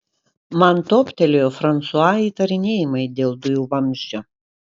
man toptelėjo fransua įtarinėjimai dėl dujų vamzdžio